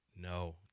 No